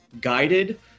guided